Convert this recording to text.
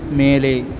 மேலே